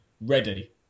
ready